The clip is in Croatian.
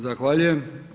Zahvaljujem.